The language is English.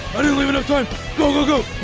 i didn't leave enough time go. go.